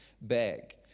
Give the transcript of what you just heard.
bag